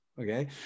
Okay